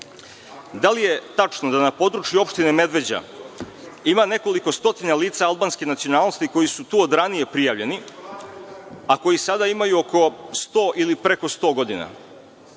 Da li je tačno da na području opštine Medveđa ima nekoliko stotina lica albanske nacionalnosti koja su tu od ranije prijavljeni a koja sada imaju oko sto ili preko sto godina?